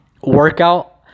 workout